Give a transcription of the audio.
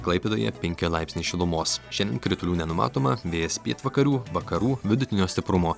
klaipėdoje penki laipsniai šilumos šiandien kritulių nenumatoma vėjas pietvakarių vakarų vidutinio stiprumo